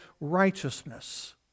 righteousness